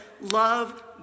love